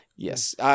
Yes